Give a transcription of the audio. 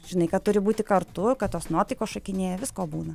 žinai kad turi būti kartu kad tos nuotaikos šokinėja visko būna